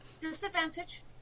Disadvantage